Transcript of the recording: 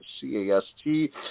C-A-S-T